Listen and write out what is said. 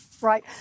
Right